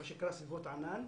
מה שנקרא סביבות ענן,